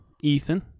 Ethan